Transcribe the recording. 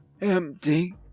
Empty